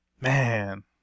man